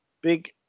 Big